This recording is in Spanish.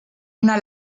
una